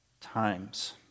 times